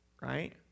right